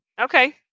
Okay